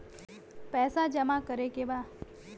पैसा जमा करे के बा?